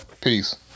Peace